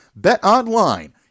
BetOnline